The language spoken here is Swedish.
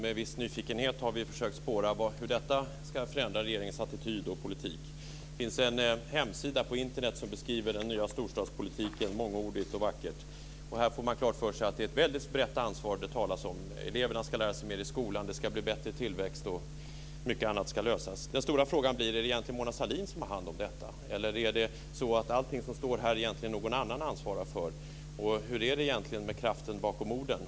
Med viss nyfikenhet har vi försökt spåra hur detta ska förändra regeringens attityd och politik. Det finns en hemsida på Internet som beskriver den nya storstadspolitiken mångordigt och vackert. Här får man klart för sig att det är fråga om ett mycket brett ansvar. Eleverna ska lära sig mer i skolan. Det ska bli bättre tillväxt och mycket annat ska lösas. Den stora frågan blir: Är det egentligen Mona Sahlin som har hand om detta, eller ansvarar egentligen någon annan för allt det som står här? Hur är det egentligen med kraften bakom orden?